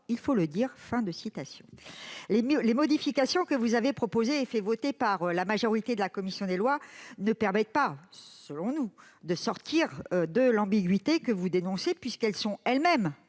il faut le dire ». Or les modifications que vous avez proposées et fait voter par la majorité de la commission des lois ne permettent pas, selon nous, de sortir de l'ambiguïté que vous dénoncez. Elles sont elles-mêmes,